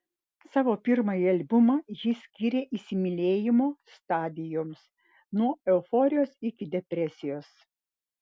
savo pirmąjį albumą ji skyrė įsimylėjimo stadijoms nuo euforijos iki depresijos